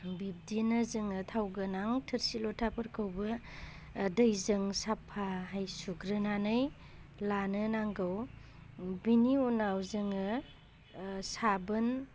बिबदिनो जोङो थाव गोनां थोरसि लथाफोरखौबो दैजों साफायै सुग्रोनानै लानो नांगौ बिनि उनाव जोङो साबोन